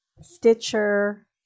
Stitcher